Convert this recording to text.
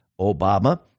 Obama